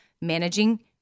managing